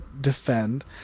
defend